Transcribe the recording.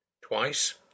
Twice